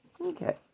Okay